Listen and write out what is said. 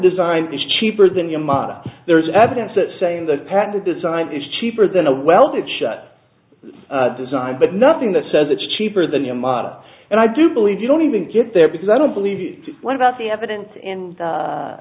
design is cheaper than your model there is evidence that saying the path to design is cheaper than a well to shut design but nothing that says it's cheaper than your model and i do believe you don't even get there because i don't believe what about the evidence in the